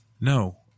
No